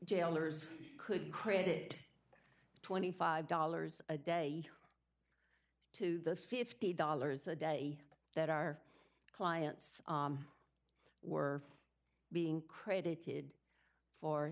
jailers could credit twenty five dollars a day to the fifty dollars a day that our clients were being credited for